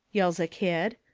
yells a kid.